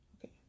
Okay